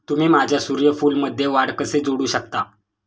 तुम्ही माझ्या सूर्यफूलमध्ये वाढ कसे जोडू शकता?